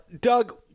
Doug